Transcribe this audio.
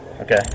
Okay